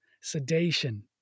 sedation